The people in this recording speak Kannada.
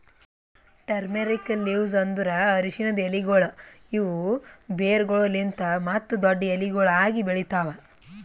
ಟರ್ಮೇರಿಕ್ ಲೀವ್ಸ್ ಅಂದುರ್ ಅರಶಿನದ್ ಎಲೆಗೊಳ್ ಇವು ಬೇರುಗೊಳಲಿಂತ್ ಮತ್ತ ದೊಡ್ಡು ಎಲಿಗೊಳ್ ಆಗಿ ಬೆಳಿತಾವ್